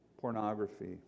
pornography